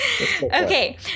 Okay